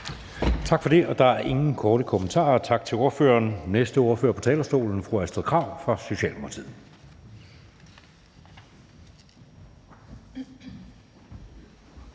Tak for det, og der er ingen korte bemærkninger. Tak til ordføreren. Næste ordfører på talerstolen er fru Astrid Krag fra Socialdemokratiet.